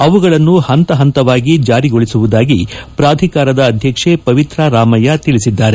ಅವುಗಳನ್ನು ಹಂತ ಹಂತವಾಗಿ ಜಾರಿಗೊಳಿಸುವುದಾಗಿ ಪ್ರಾಧಿಕಾರದ ಅಧ್ಯಕ್ಷೆ ಪವಿತ್ರಾ ರಾಮಯ್ಯ ಹೇಳಿದ್ದಾರೆ